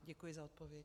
Děkuji za odpověď.